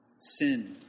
Sin